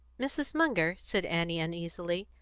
mrs. munger, said annie uneasily,